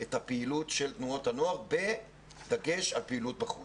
את הפעילות של תנועות הנוער בדגש על פעילות בחוץ.